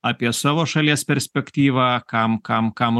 apie savo šalies perspektyvą kam kam kam